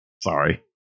Sorry